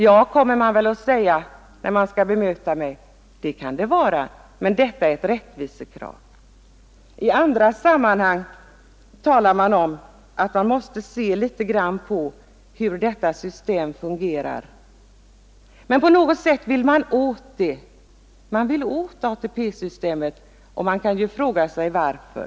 ”Ja,” kommer man väl att säga när man skall bemöta mig, ”det kan det vara, men detta är ett rättvisekrav.” Nr 56 I andra sammanhang talar man om att man måste se litet på hur detta Onsdagen den system fungerar. Men på något sätt vill man åt ATP-systemet, och vi kan 12 april 1972 fråga oss varför.